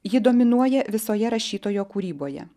ji dominuoja visoje rašytojo kūryboje